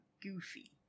goofy